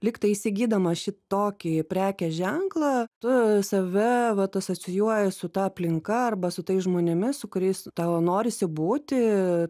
lygtai įsigydamas šitokį prekės ženklą tu save vat asocijuoji su ta aplinka arba su tais žmonėmis su kuriais tau norisi būti